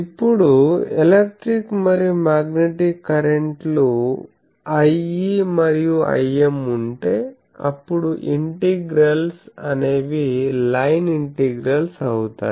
ఇప్పుడు ఎలక్ట్రిక్ మరియు magnetic current లు Ie మరియు Im ఉంటే అప్పుడు ఇంటిగ్రల్స్ అనేవి లైన్ ఇంటిగ్రల్స్ అవుతాయి